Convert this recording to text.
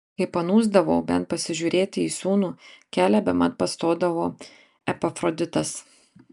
kai panūsdavau bent pasižiūrėti į sūnų kelią bemat pastodavo epafroditas